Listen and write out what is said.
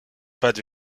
pâtes